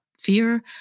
fear